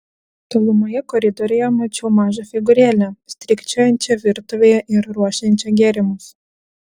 tolumoje koridoriuje mačiau mažą figūrėlę strykčiojančią virtuvėje ir ruošiančią gėrimus